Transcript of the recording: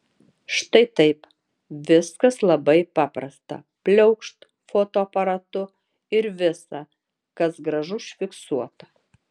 štai taip viskas labai paprasta pliaukšt fotoaparatu ir visa kas gražu užfiksuota